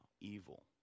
evil